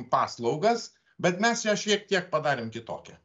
paslaugas bet mes ją šiek tiek padarėm kitokią